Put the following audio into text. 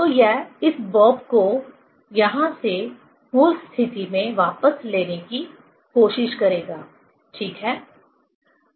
तो यह इस बॉब को यहाँ से मूल स्थिति में वापस लेने की कोशिश करेगा ठीक है